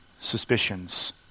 suspicions